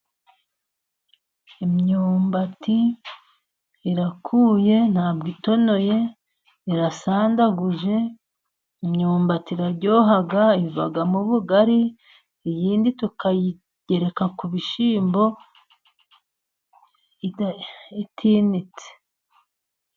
Imyumbati irakuye, nta bwo itonoye, irasandaguje, imyumbati iraryoha, ivamo ubugari, iyindi tukayigereka ku bishyimbo, itininitse.